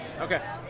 Okay